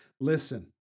Listen